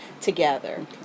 together